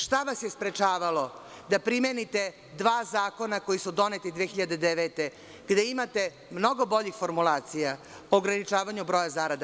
Šta vas je sprečavalo da primenite dva zakona koji su doneti 2009. godine gde imate mnogo boljih formulacija o ograničavanju broja zarada.